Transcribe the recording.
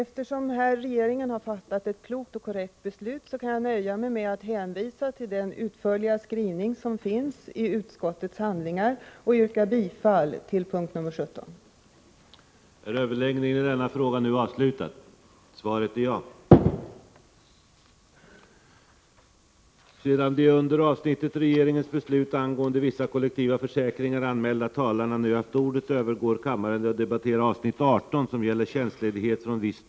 Herr talman! Eftersom regeringen här har fattat ett klokt och korrekt beslut, kan jag nöja mig med att hänvisa till den utförliga skrivning som finns i utskottets handlingar och yrka bifall till utskottets hemställan under punkt i.